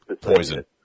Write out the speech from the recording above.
poison